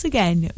Again